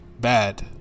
bad